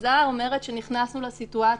ההכרזה אומרת שנכנסנו לסיטואציה,